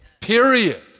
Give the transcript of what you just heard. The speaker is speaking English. period